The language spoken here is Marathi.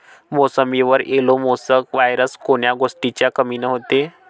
मोसंबीवर येलो मोसॅक वायरस कोन्या गोष्टीच्या कमीनं होते?